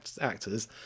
actors